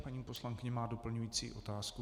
Paní poslankyně má doplňující otázku.